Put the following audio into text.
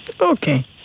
Okay